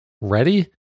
ready